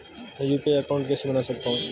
मैं UPI account कैसे बना सकता हूं?